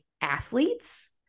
athletes